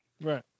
right